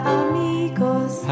amigos